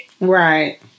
Right